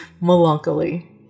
Melancholy